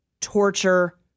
torture